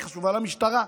היא חשובה למשטרה.